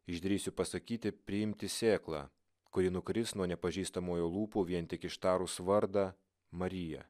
išdrįsiu pasakyti priimti sėklą kuri nukris nuo nepažįstamojo lūpų vien tik ištarus vardą marija